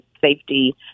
safety